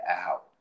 out